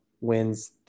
wins